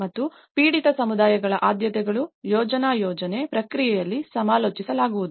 ಮತ್ತು ಪೀಡಿತ ಸಮುದಾಯಗಳ ಆದ್ಯತೆಗಳು ಯೋಜನಾ ಯೋಜನೆ ಪ್ರಕ್ರಿಯೆಯಲ್ಲಿ ಸಮಾಲೋಚಿಸಲಾಗುವುದಿಲ್ಲ